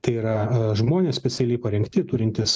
tai yra žmonės specialiai parengti turintys